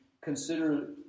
consider